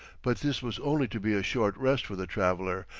but this was only to be a short rest for the traveller,